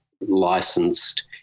licensed